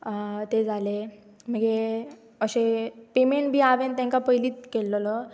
तें जालें मागीर अशें पेमेंट बी हांवें तांकां पयलींच केल्लेलो